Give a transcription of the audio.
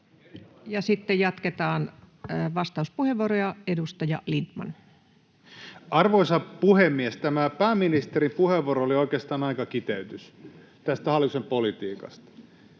sitten jatketaan vastauspuheenvuoroja. — Edustaja Lindtman. Arvoisa puhemies! Tämä pääministerin puheenvuoro oli oikeastaan aika kiteytys tästä hallituksen politiikasta.